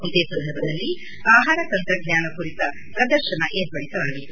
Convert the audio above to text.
ಇದೇ ಸಂದರ್ಭದಲ್ಲಿ ಆಹಾರ ತಂತ್ರಜ್ಞಾನ ಕುರಿತ ಪ್ರದರ್ಶನ ಏರ್ಪಡಿಸಲಾಗಿತ್ತು